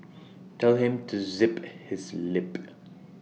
tell him to zip his lip